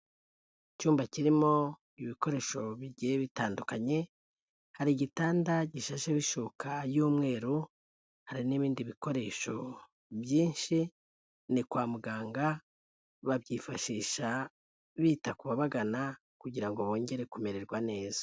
Icyumba kirimo ibikoresho bigiye bitandukanye, hari igitanda gishasheho ishuka y'umweru, hari n'ibindi bikoresho byinshi, ni kwa muganga babyifashisha bita kubabagana kugira ngo bongere kumererwa neza.